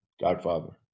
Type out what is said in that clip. godfather